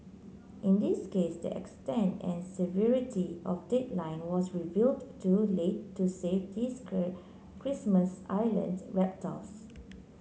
in this case the extent and severity of decline was revealed too late to save these Christmas Island reptiles